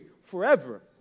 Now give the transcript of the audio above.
forever